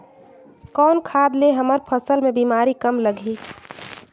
कौन खाद ले हमर फसल मे बीमारी कम लगही?